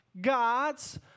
God's